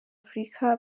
afurika